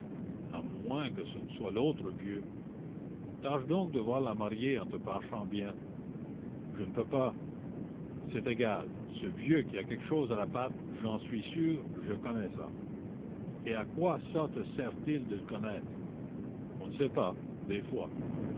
à moins que ce ne soit l'autre vieux tâche donc de voir la mariée en te penchant bien je ne peux pas c'est égal ce vieux qui a quelque chose à la patte j'en suis sûr je connais ça et à quoi ça te sert-il de le connaître on ne sait pas des fois